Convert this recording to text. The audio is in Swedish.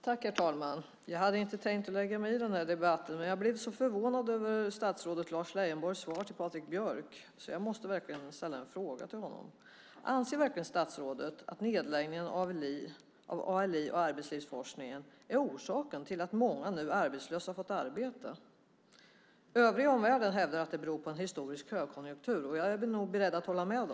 Herr talman! Jag hade inte tänkt lägga mig i den här debatten, men jag blev så förvånad över statsrådet Lars Leijonborgs svar till Patrik Björck att jag måste ställa en fråga till honom. Anser statsrådet verkligen att nedläggningen av ALI och arbetslivsforskningen är orsaken till att många arbetslösa nu har fått arbete? Den övriga omvärlden hävdar att det beror på en historisk högkonjunktur, och jag är nog beredd att hålla med om det.